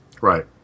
Right